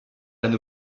haute